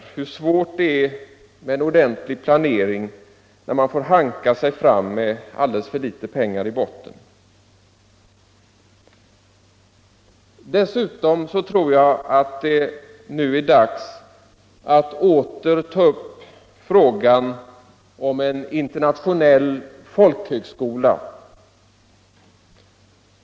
Det är svårt med en ordentlig planering, när man får hanka sig fram med alldeles för litet pengar i botten. Dessutom tror jag att det nu är dags att åter ta upp frågan om en internationell folkhögskola.